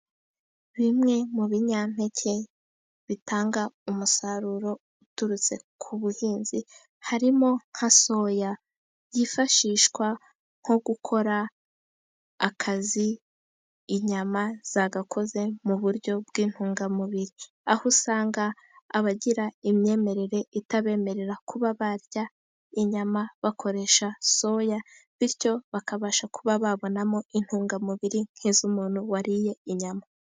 Bimwe mu binyampeke bitanga umusaruro uturutse ku buhinzi harimo nka soya, yifashishwa nko gukora akazi inyama zagakoze mu buryo bw’intungamubiri. Aho usanga abagira imyemerere itabemerera kuba barya inyama, bakoresha soya, bityo bakabasha kuba babonamo intungamubiri nk’iz’umuntu wariye inyama.